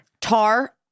Tar